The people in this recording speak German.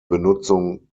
benutzung